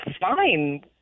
fine